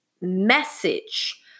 message